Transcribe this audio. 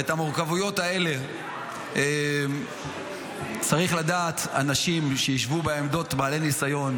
ואת המורכבויות האלה צריך לדעת שישבו בעמדות אנשים בעלי ניסיון,